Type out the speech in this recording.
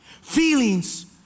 Feelings